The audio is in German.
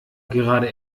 gerade